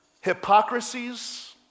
hypocrisies